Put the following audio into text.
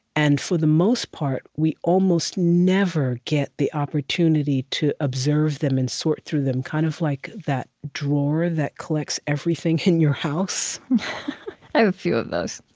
and for the most part, we almost never get the opportunity to observe them and sort through them kind of like that drawer that collects everything in your house i have a few of those